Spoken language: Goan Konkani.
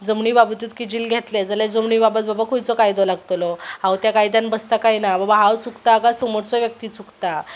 जमनी बाबतूच किजील घेतलें जाल्यार जमनी बाबत बाबा खंयचो कायदो लागतलो हांव त्या कायद्यान बसता कांय ना बाबा हांव चुकतां काय समोरचो व्यक्ती चुकता